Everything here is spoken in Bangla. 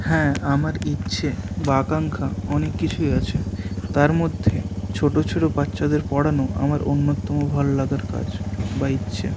হ্যাঁ আমার ইচ্ছে বা আকাঙ্ক্ষা অনেক কিছুই আছে তার মধ্যে ছোটো ছোটো বাচ্চাদের পড়ানো আমার অন্যতম ভালোলাগার কাজ বা ইচ্ছে